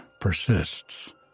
persists